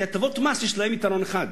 כי הטבות מס יש להן יתרון אחד: